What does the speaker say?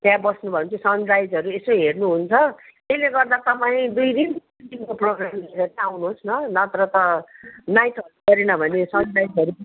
त्यहाँ बस्नुभयो भने चाहिँ सनराइजहरू यसो हेर्नुहुन्छ त्यसले गर्दा तपाईँ दुई दिन तिन दिनको प्रोग्राम लिएर चाहिँ आउनुहोस् न नत्र त नाइट हल्ट गरेन भने सनराइजहरू